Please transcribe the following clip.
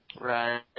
Right